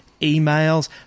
emails